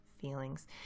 feelings